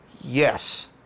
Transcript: yes